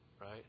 Right